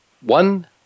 one